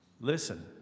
listen